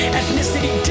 Ethnicity